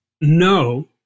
No